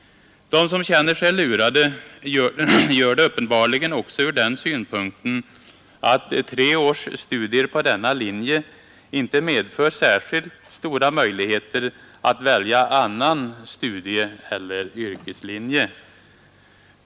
De som känner sig lurade gör det uppenbarligen också av det skälet att tre års studier på denna linje inte medför särskilt stora möjligheter att välja annan studieeller yrkeslinje.